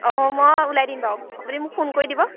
অঁ মই ওলাই দিম বাৰু আপুনি মোক ফোন কৰি দিব